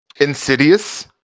insidious